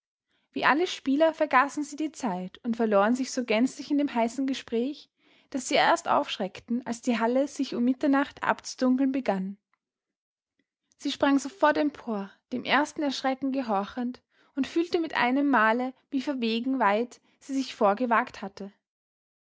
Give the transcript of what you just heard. wie alle spieler vergaßen sie die zeit und verloren sich so gänzlich in dem heißen gespräch daß sie erst aufschreckten als die hall sich um mitternacht abzudunkeln begann sie sprang sofort empor dem ersten erschrecken gehorchend und fühlte mit einem male wie verwegen weit sie sich vorgewagt hatte